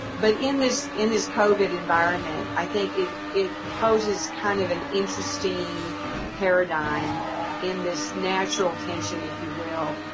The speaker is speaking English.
but in this in this covid environment, i think it it poses kind of an interesting paradigm in this natural tension, if you will,